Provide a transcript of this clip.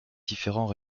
différents